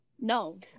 No